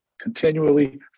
continually